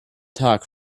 talk